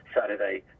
Saturday